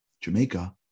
Jamaica